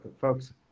folks